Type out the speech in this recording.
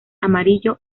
amarillo